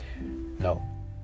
No